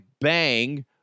bang